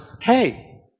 hey